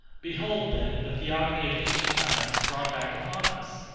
behold, then, the theogony of ancient times brought back upon us.